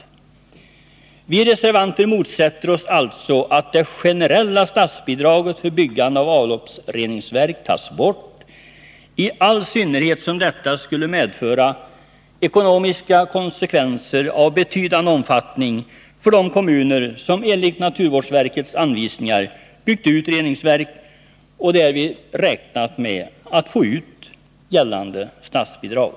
Besparingar i Vi reservanter motsätter oss alltså att det generella statsbidraget för statsverksamheten, byggande av avloppsreningsverk tas bort — i all synnerhet som detta skulle få m.m. ekonomiska konsekvenser av betydande omfattning för de kommuner som enligt naturvårdsverkets anvisningar byggt ut reningsverk och därvid räknat med att få ut gällande statsbidrag.